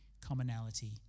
commonality